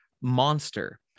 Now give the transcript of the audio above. monster